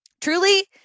truly